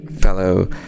fellow